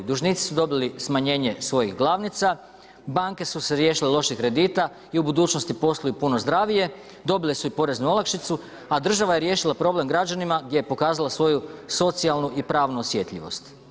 Dužnici su dobili smanjenje svojih glavnica, banke su se riješile loših kredita i u budućnosti posluju puno zdravije, dobili su i poreznu olakšicu a država je riješila problem građanima gdje je pokazala svoju socijalnu i pravnu osjetljivost.